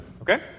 okay